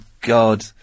God